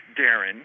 Darren